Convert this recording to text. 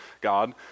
God